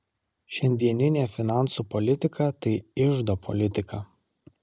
šiandieninė finansų politika tai iždo politika